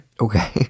okay